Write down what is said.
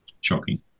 Shocking